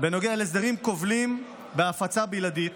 בנוגע להסדרים כובלים בהפצה בלעדית